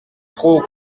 trop